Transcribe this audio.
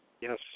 Yes